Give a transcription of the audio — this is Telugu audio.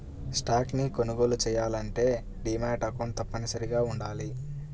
స్టాక్స్ ని కొనుగోలు చెయ్యాలంటే డీమాట్ అకౌంట్ తప్పనిసరిగా వుండాలి